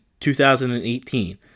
2018